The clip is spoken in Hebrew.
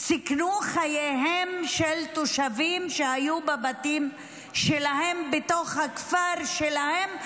סיכנו את חייהם של תושבים שהיו בבתים שלהם בתוך הכפר שלהם,